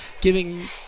giving